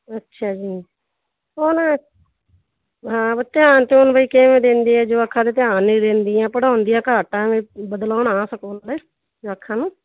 ਅੱਛਾ ਜੀ ਹੁਣ ਹਾਂ ਧਿਆਨ ਧਿਉਨ ਕਿਵੇਂ ਦਿੰਦੇ ਹੈ ਜਵਾਕਾਂ 'ਤੇ ਧਿਆਨ ਨਹੀਂ ਦਿੰਦੀਆਂ ਪੜ੍ਹਾਉਂਦੀਆਂ ਘੱਟ ਆ ਐਂਵੇ ਬਦਲਾਉਣਾ ਸਕੂਲ ਨੇ ਜਵਾਕਾਂ ਨੂੰ